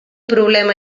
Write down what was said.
problema